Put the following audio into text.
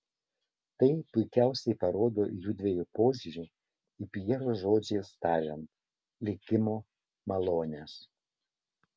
tai puikiausiai parodo jųdviejų požiūrį į pjero žodžiais tariant likimo malones